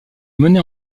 mené